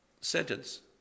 sentence